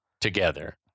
together